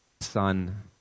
son